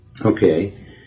okay